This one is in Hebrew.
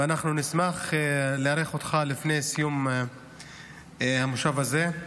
ואנחנו נשמח לארח אותך לפני סיום המושב הזה,